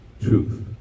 truth